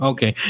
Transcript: Okay